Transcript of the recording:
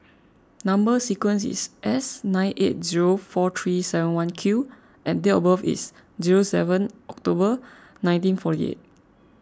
Number Sequence is S nine eight zero four three seven one Q and date of birth is zero seven October nineteen forty eight